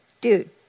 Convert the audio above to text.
dude